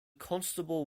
constable